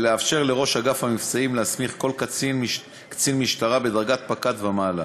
ולאפשר לראש אגף המבצעים להסמיך כל קצין משטרה בדרגת פקד ומעלה.